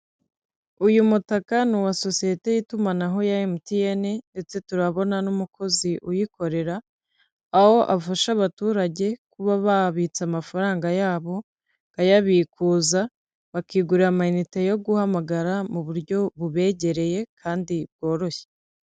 Uyu mutaka ni uwa sosiyete y'itumanaho ya emutiyene ndetse turabona n'umukozi uyikorera; aho afasha abaturage kuba babitse amafaranga ya bo, bakayabikuza, bakigurira amayinite yo guhamagara mu buryo bubegereye kandi bworoshye.